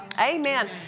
Amen